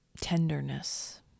tenderness